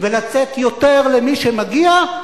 ולתת יותר למי שמגיע,